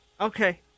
Okay